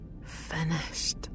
finished